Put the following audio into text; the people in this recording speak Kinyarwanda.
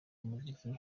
umuziki